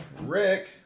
Rick